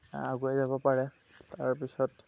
আগুৱাই যাব পাৰে তাৰ পিছত